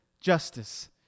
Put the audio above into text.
justice